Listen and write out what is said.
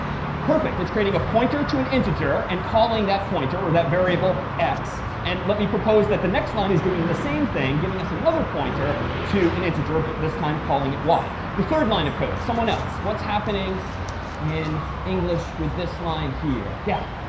perfect. it's creating a pointer to an integer and calling that pointer or that variable x. and let me propose that the next line is doing the same thing giving us another pointer to an integer but this time calling it y. the third line of code, someone else, what's happening in english with this line here? yeah.